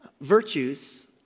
Virtues